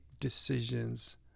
decisions